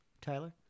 Tyler